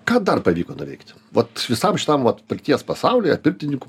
ką dar pavyko nuveikti vat visam šitam vat pirties pasaulyje pirtininkų